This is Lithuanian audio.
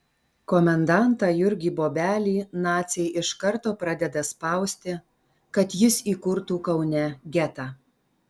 komendantą jurgį bobelį naciai iš karto pradeda spausti kad jis įkurtų kaune getą